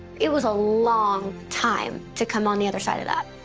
it was a long time to come on the other side of that.